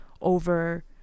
over